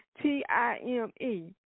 T-I-M-E